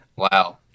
wow